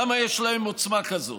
למה יש להם עוצמה כזאת?